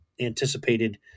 anticipated